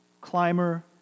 climber